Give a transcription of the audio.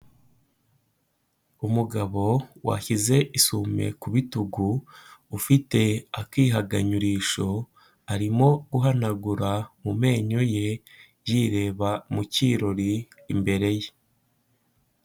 Umugabo washyize isume ku bitugu, ufite akihaganyurisho, arimo guhanagura mu menyo ye yireba mu kirori imbere ye.